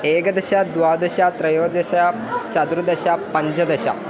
एकादश द्वादश त्रयोदश चतुर्दश पञ्चदश